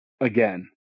Again